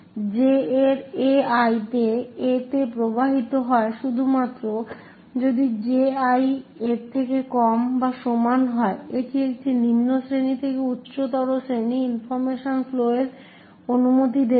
J এর A I এর A তে প্রবাহিত হয় শুধুমাত্র যদি J I এর থেকে কম বা সমান হয় এটি একটি নিম্ন শ্রেণী থেকে উচ্চতর শ্রেণীতে ইনফরমেশন ফ্লো এর অনুমতি দেবে